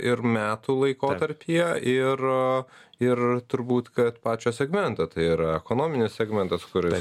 ir metų laikotarpyje ir ir turbūt kad pačio segmento tai ir ekonominis segmentas kuris